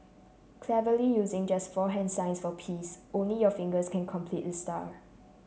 cleverly using just four hand signs for peace only your fingers can completed the star